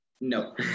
no